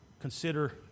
consider